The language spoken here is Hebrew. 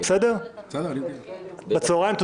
בצוהריים,